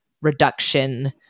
reduction